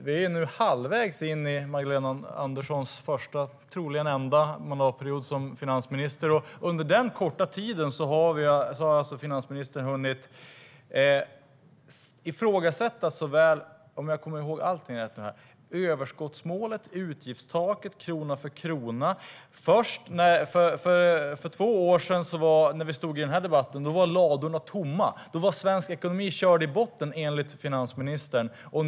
Vi är nu halvvägs in i Magdalena Anderssons första och troligen enda mandatperiod som finansminister, och sanningen är att under den korta tiden har alltså finansministern hunnit ifrågasätta - om jag nu kommer ihåg allting rätt - överskottsmålet, utgiftstaket och krona för krona. När vi hade denna debatt för två år sedan var ladorna tomma. Då var svensk ekonomi körd i botten, enligt finansministern.